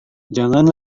jangan